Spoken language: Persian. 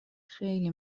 خیلی